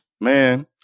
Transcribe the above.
Man